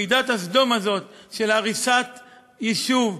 מידת סדום הזאת של הריסת יישוב,